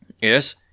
Yes